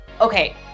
okay